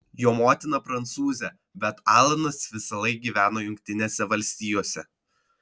jo motina prancūzė bet alanas visąlaik gyveno jungtinėse valstijose